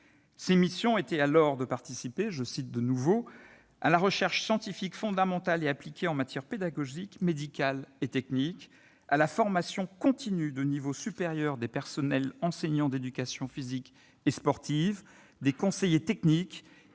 Ses missions étaient alors de participer « à la recherche scientifique fondamentale et appliquée en matière pédagogique, médicale et technique ; à la formation continue de niveau supérieur des personnels enseignants d'éducation physique et sportive, des conseillers techniques et des éducateurs sportifs